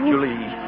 Julie